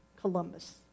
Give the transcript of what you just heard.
Columbus